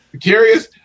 Curious